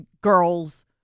girls